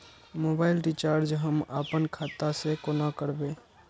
Mobile recharge हम आपन खाता से कोना करबै?